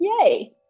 Yay